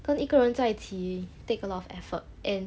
跟一个人在一起 take a lot of effort and